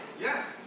yes